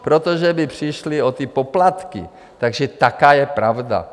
Protože by přišli o ty poplatky, takže taková je pravda.